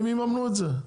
הם יממנו את זה.